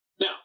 Now